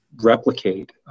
replicate